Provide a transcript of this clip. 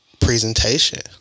Presentation